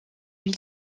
huit